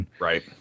Right